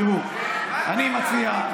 תראו, אני מציע,